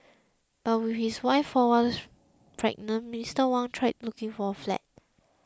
but with his wife four months pregnant Mr Wang tried looking for a flat